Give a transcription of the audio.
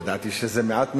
לדעתי זה מעט מדי,